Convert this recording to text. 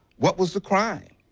what was the crime?